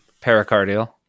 Pericardial